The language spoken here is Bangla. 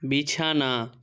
বিছানা